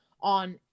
on